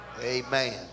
Amen